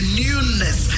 newness